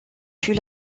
fut